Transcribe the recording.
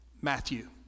Matthew